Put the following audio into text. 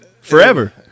forever